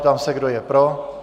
Ptám se, kdo je pro.